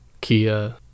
kia